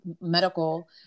medical